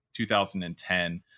2010